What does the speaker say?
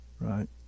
right